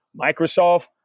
Microsoft